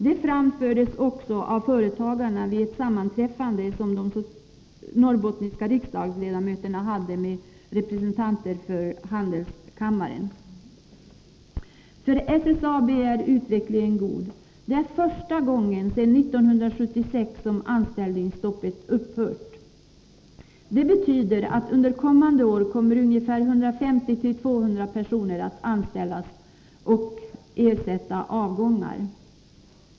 Det framfördes också av företagarna vid ett sammanträffande som de norrbottniska riksdagsledamöterna hade med representanter för handelskammaren. För SSAB är utvecklingen god. För första gången sedan 1976 har anställningsstoppet upphört. Det betyder att ungefär 150-200 personer under kommande år kommer att anställas och ersätta avgångar.